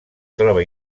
troba